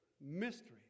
mystery